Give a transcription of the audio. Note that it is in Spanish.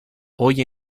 hoy